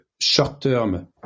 short-term